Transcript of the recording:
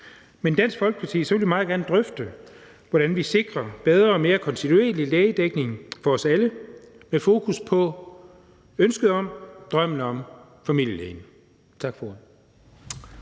Men i Dansk Folkeparti vil vi meget gerne drøfte, hvordan vi sikrer bedre og mere kontinuerlig lægedækning for os alle, med fokus på, ønsket om, drømmen om familielægen. Tak for